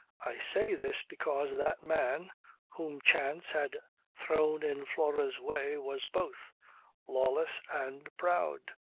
i say this because that man whom chance had thrown in flora's way was both lawless and proud.